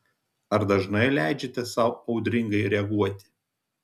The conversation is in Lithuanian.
ar dažnai leidžiate sau audringai reaguoti